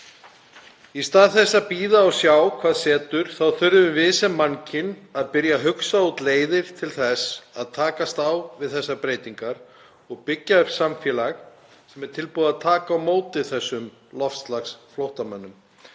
Í stað þess að bíða og sjá hvað setur þurfum við sem mannkyn að byrja að hugsa út leiðir til þess að takast á við þessar breytingar og byggja upp samfélag sem er tilbúið að taka á móti þessum loftslagsflóttamönnum